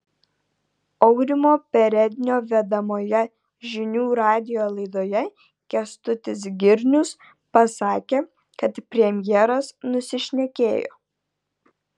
aurimo perednio vedamoje žinių radijo laidoje kęstutis girnius pasakė kad premjeras nusišnekėjo